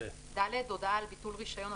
(ד) הודעה על ביטול רישיון,